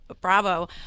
Bravo